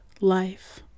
life